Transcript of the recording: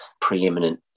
preeminent